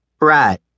Right